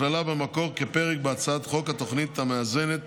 נכללה במקור כפרק בהצעת חוק התוכנית המאזנת